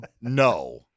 No